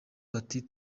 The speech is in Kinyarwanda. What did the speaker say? bati